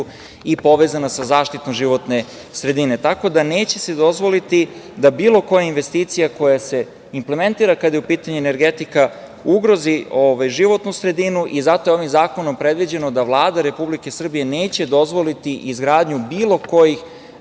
i povezana sa zaštitom životne sredine. Tako da, neće se dozvoliti da bilo koja investicija koja se implementira kada je u pitanju energetika, ugrozi životnu sredinu. Zato je ovim zakonom predviđeno da Vlada Republike Srbije neće dozvoliti izgradnju bilo kojih